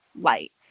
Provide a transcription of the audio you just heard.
light